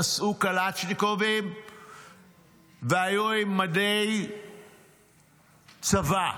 נשאו קלצ'ניקובים והיו עם מדי צבא.